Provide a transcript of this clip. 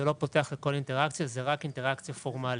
זה לא פותח לכל אינטראקציה אלא רק לאינטראקציה פורמלית.